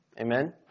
Amen